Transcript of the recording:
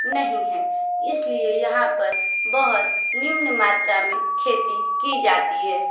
नहीं है इसलिए यहाँ पर बहुत निम्न मात्रा में खेती की जाती है